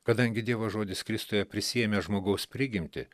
kadangi dievo žodis kristuje prisiėmė žmogaus prigimtį